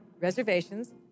reservations